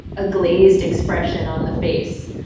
a glazed expression on the face.